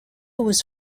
was